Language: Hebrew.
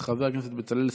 חבר הכנסת מאיר כהן,